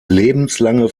lebenslange